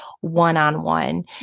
one-on-one